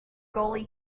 gully